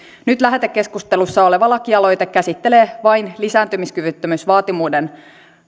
nyt lähetekeskustelussa oleva lakialoite käsittelee vain lisääntymiskyvyttömyysvaatimuksen